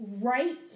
Right